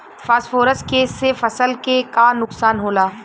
Phosphorus के से फसल के का नुकसान होला?